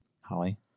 Holly